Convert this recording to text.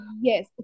Yes